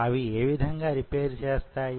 అవి ఏ విధంగా రిపేర్ చేస్తాయి